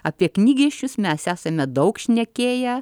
apie knygnešius mes esame daug šnekėję